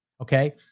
okay